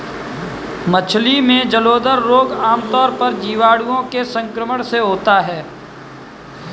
मछली में जलोदर रोग आमतौर पर जीवाणुओं के संक्रमण से होता है